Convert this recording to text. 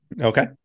Okay